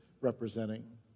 representing